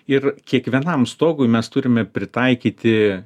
ir kiekvienam stogui mes turime pritaikyti